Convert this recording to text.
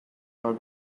our